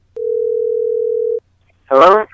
Hello